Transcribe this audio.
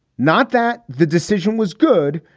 not that the decision was good,